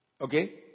okay